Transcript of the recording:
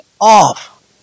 off